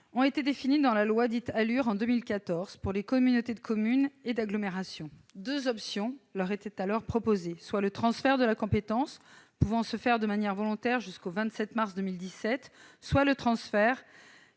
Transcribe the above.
ont été définies dans la loi ALUR en 2014 pour les communautés de communes et d'agglomération. Deux options leur étaient alors proposées : soit le transfert de la compétence pouvant se faire de manière volontaire jusqu'au 27 mars 2017, soit le transfert